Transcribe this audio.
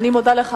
אני מודה לך,